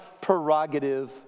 prerogative